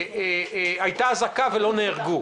הייתה אזעקה ולא נהרגו.